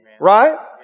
Right